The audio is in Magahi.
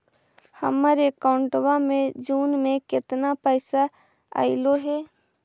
हमर अकाउँटवा मे जून में केतना पैसा अईले हे?